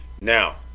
now